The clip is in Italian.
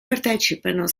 partecipano